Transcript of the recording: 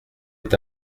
est